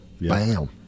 Bam